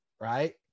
right